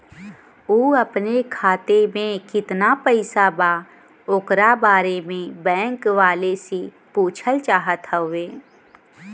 उ अपने खाते में कितना पैसा बा ओकरा बारे में बैंक वालें से पुछल चाहत हवे?